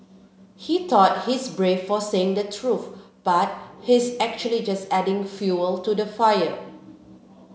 he thought he's brave for saying the truth but he's actually just adding fuel to the fire